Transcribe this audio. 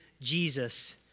Jesus